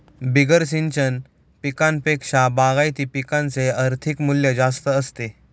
बिगर सिंचन पिकांपेक्षा बागायती पिकांचे आर्थिक मूल्य जास्त असते